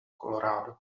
colorado